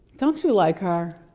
don't you like her?